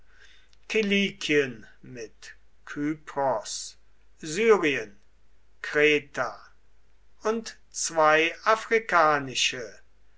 kilikien mit kypros syrien kreta und zwei afrikanische